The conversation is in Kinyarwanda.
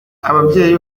ababyeyi